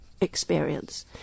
experience